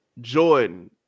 Jordan